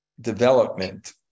development